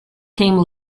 came